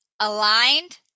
aligned